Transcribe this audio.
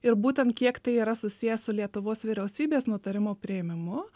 ir būtent kiek tai yra susiję su lietuvos vyriausybės nutarimo priėmimu